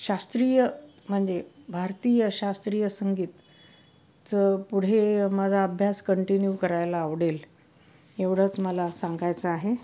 शास्त्रीय म्हणजे भारतीय शास्त्रीय संगीतचं पुढे माझा अभ्यास कंटिन्यू करायला आवडेल एवढंच मला सांगायचं आहे